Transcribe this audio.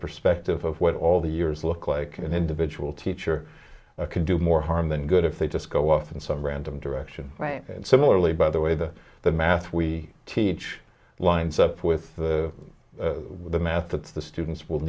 perspective of what all the years look like an individual teacher can do more harm than good if they just go off in some random direction and similarly by the way that the math we teach lines up with the math that the students will